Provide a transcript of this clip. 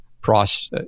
price